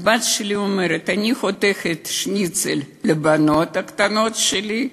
אז הבת שלי אומרת: אני חותכת שניצל לבנות הקטנות שלי,